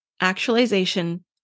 actualization